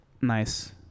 Nice